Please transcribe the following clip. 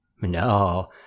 No